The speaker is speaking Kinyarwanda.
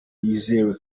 yizewe